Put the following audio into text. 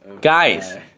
Guys